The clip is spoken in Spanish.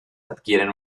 adquieren